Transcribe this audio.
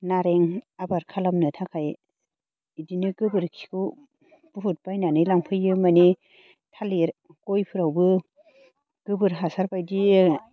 नारें आबाद खालामनो थाखाय इदिनो गोबोरखिखौ बुहुद बायनानै लांफैयो माने थालिर गयफोरावबो गोबोर हासार बायदि